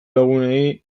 lagunei